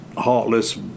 heartless